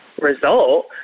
result